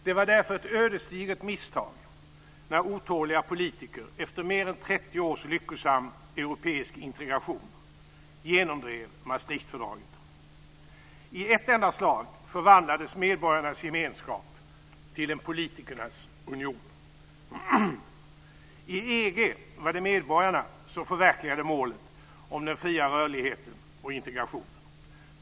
Det var därför ett ödesdigert misstag när otåliga politiker efter mer än 30 års lyckosam europeisk integration genomdrev Maastrichtfördraget. I ett enda slag förvandlades medborgarnas gemenskap till en politikernas union. I EG var det medborgarna som förverkligade målet om den fria rörligheten och integrationen.